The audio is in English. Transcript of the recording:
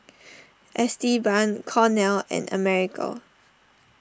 Esteban Cornel and America